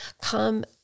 come